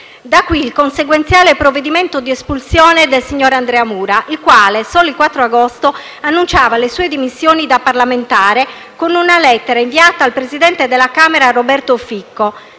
Da qui il consequenziale provvedimento di espulsione del signor Andrea Mura, il quale solo il 4 agosto annunciava le sue dimissioni da parlamentare con una lettera inviata al presidente della Camera Roberto Fico,